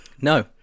No